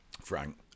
Frank